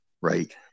right